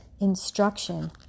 instruction